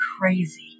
crazy